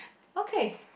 okay